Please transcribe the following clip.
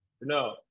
no